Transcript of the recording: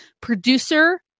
producer